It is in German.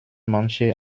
manche